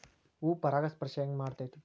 ಹೂ ಪರಾಗಸ್ಪರ್ಶ ಹೆಂಗ್ ಮಾಡ್ತೆತಿ?